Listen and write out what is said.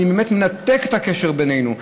אני באמת מנתק את הקשר בינינו.